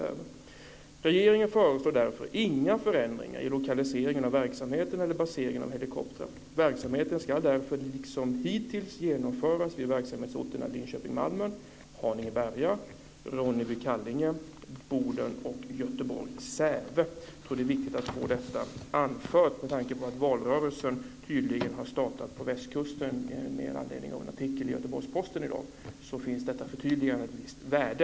Det står: Regeringen föreslår därför inga förändringar i lokaliseringen av verksamheten eller baseringen av helikoptrar. Verksamheten ska därför liksom hittills genomföras vid verksamhetsorterna Linköping-Malmen, Haninge-Berga, Ronneby-Kallinge, Jag tror att det är viktigt att få detta anfört, med tanke på att valrörelsen tydligen har startat på västkusten och med anledning av en artikel i Göteborgs Posten i dag. Därför har detta förtydligande ett visst värde.